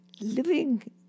living